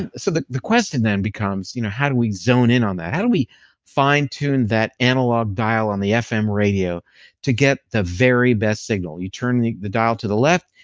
and so the the question then becomes, you know how do we zone in on that? how do we fine-tune that analog dial on the fm radio to get the very best signal? you turn the the dial to the left,